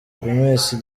james